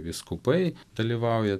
vyskupai dalyvauja